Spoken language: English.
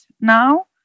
now